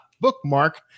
bookmark